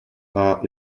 are